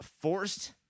forced